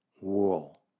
wool